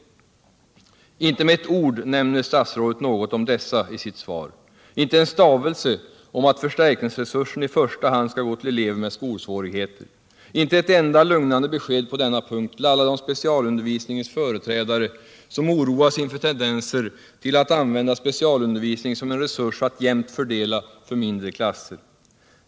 Inte med ett ord nämner statsrådet något om dessa isitt svar — inte en stavelse om att förstärkningsresursen i första hand skall gå till elever med skolsvårigheter, inte ett enda lugnande besked på denna punkt till alla de specialundervisningens företrädare, som oroas inför tendenser till att använda specialundervisningen som en resurs att jämnt fördela för mindre klasser.